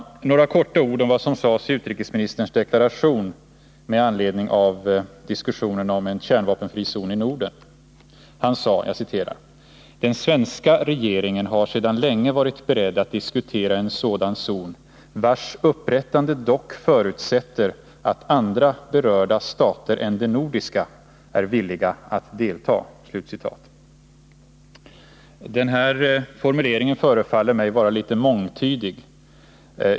Jag skall säga några ord om vad som sades i utrikesministerns deklaration med anledning av diskussionen om en kärnvapenfri zon i Norden. Han sade: ”Den svenska regeringen har sedan länge varit beredd att diskutera en sådan zon, vars upprättande givetvis också förutsätter att andra berörda stater än de nordiska är villiga att delta.” Den här formuleringen förefaller mig vara litet mångtydig.